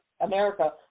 america